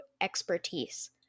expertise